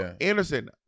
anderson